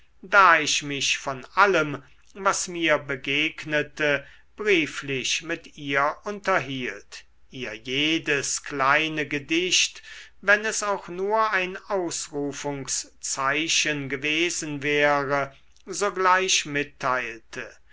da ich mich von allem was mir begegnete brieflich mit ihr unterhielt ihr jedes kleine gedicht wenn es auch nur ein ausrufungszeichen gewesen wäre sogleich mitteilte